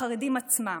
בחרדים עצמם,